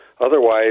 Otherwise